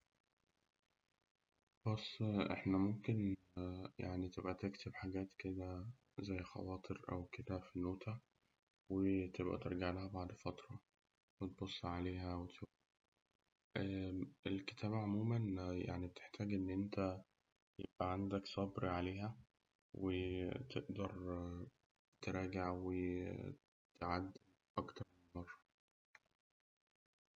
بص إحنا ممكن يعني تبقى تكتب حاجات كده زي خواطر أو كده في نوتة، وتبقى ترجع لها بعد فترة وتبص عليها وتشوف. الكتابة عموماً يعني بتحتاج إن أنت عندك صبر عليها وتقدر تراجع وتعد- أكتر من.